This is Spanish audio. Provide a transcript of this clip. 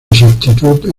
exactitud